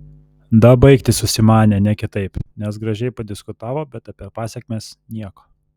dabaigti susimanė ne kitaip nes gražiai padiskutavo bet apie pasekmes nieko